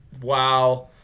wow